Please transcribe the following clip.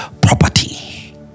property